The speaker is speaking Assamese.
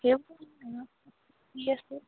কি আছে